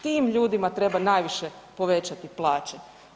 Tim ljudima treba najviše povećati plaće.